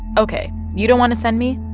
ok, you don't want to send me?